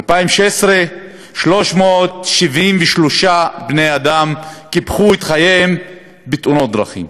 2016, 373 בני-אדם קיפחו את חייהם בתאונות דרכים.